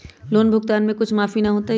Loan भुगतान में कुछ माफी न होतई?